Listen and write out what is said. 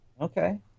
okay